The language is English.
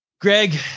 Greg